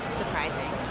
surprising